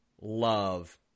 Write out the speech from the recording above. love